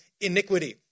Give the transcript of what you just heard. iniquity